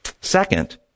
second